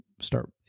start